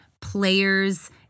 players